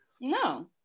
No